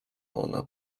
ona